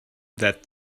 that